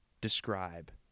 describe